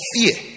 fear